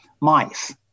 mice